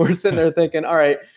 we're sitting there thinking, all right,